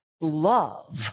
love